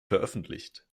veröffentlicht